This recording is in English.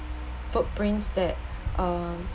footprints that um